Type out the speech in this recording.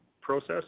process